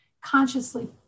consciously